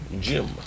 Jim